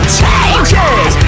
changes